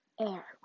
air